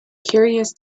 curious